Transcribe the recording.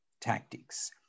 tactics